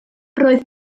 roedd